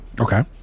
Okay